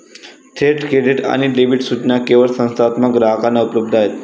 थेट क्रेडिट आणि डेबिट सूचना केवळ संस्थात्मक ग्राहकांना उपलब्ध आहेत